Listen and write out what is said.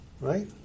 Right